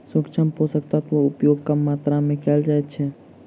सूक्ष्म पोषक तत्वक उपयोग कम मात्रा मे कयल जाइत छै